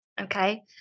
okay